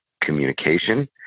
communication